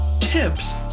Tips